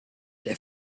der